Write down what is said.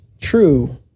true